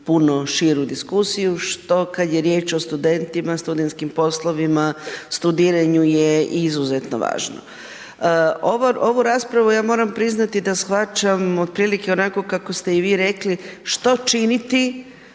puno širu diskusiju što, kad je riječ o studentima, studentskim poslovima, studiranju je izuzetno važno. Ovu raspravu, ja moram priznati da shvaćam otprilike onako kako ste i vi rekli, što činiti